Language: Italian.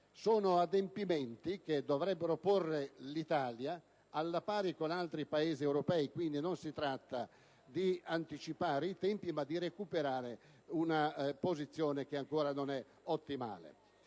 Sono adempimenti che dovrebbero porre l'Italia alla pari degli altri Paesi europei, per cui non si tratta di anticipare i tempi, ma di recuperare una posizione che ancora non è ottimale.